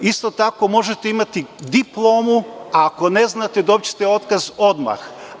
Isto takomožete imati diplomu, a ako ne znate, dobićete otkaz odmah.